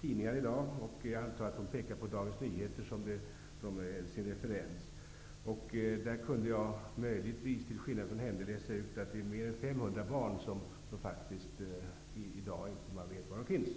tidningar i dag. Jag antar att hon refererade till Dagens Nyheter. Där kunde jag möjligtvis, till skillnad från henne, läsa ut att det är mer än 500 barn, där man i dag inte vet var de finns.